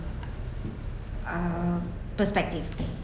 uh perspective